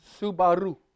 Subaru